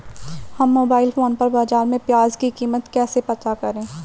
हम mobile phone पर बाज़ार में प्याज़ की कीमत कैसे पता करें?